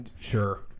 Sure